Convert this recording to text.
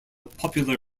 popular